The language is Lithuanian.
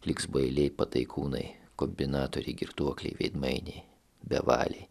liks bailiai pataikūnai kombinatoriai girtuokliai veidmainiai bevaliai